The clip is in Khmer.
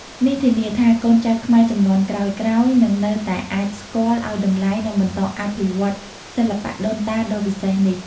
នេះធានាថាកូនចៅខ្មែរជំនាន់ក្រោយៗនឹងនៅតែអាចស្គាល់ ឱ្យតម្លៃ និងបន្តអភិវឌ្ឍសិល្បៈដូនតាដ៏វិសេសនេះ។